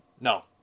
No